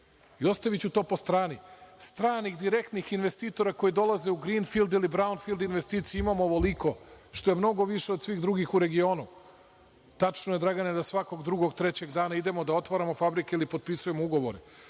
Ostaviću to po strani, stranih direktnih investitora koje dolaze u grinfild ili braunfild investiciju imamo ovoliko, što je mnogo više od svih drugih u regionu. Tačno je, Dragane, da svakog drugog, trećeg dana idemo da otvaramo fabrike ili potpisujemo ugovore